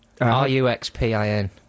R-U-X-P-I-N